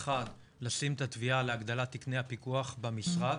אחד לשים את התביעה להגדלת תקני הפיקוח במשרד,